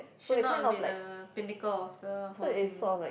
should not be the Pinnacle of the whole thing